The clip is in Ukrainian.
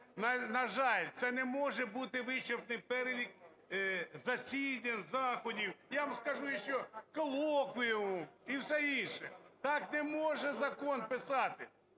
на жаль, це не може бути вичерпний перелік засідань, заходів. Я вам скажу, ще колоквіумів і все інше. Так не можна закон писати!